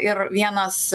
ir vienas